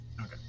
Okay